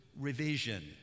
revision